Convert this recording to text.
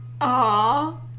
Aww